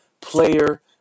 player